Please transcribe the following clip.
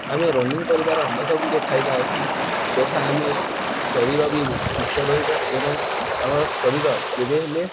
ଆମେ ରନିଙ୍ଗ୍ କରିବାର ଅନେକ ଗୁଡ଼ିଏ ଫାଇଦା ଅଛି ଯଥା ଆମେ ଶରୀର ବି ସୁସ୍ଥ ରହିବ ଏବଂ ଆମର ଶରୀର କେବେ ହେଲେ